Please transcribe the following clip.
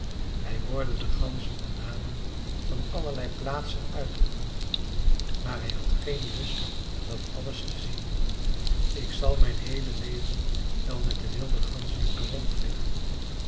hij hoorde de ganzen de namen van allerlei plaatsen uitroepen maar hij had geen lust dat alles te zien ik zal mijn heele leven wel met de wilde ganzen moeten